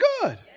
good